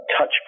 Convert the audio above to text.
touch